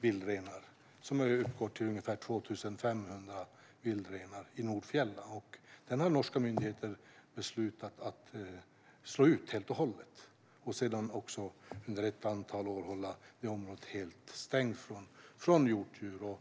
vildrenar - det är ungefär 2 500 vildrenar i Nordfjella. Norska myndigheter har beslutat att helt och hållet slå ut den och att under ett antal år hålla området helt stängt för hjortdjur.